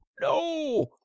no